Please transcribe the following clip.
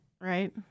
right